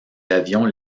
avions